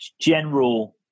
general